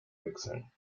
wechseln